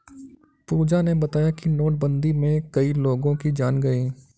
पूजा ने बताया कि नोटबंदी में कई लोगों की जान गई